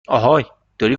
اهای، داری